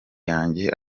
yanjye